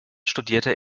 studierte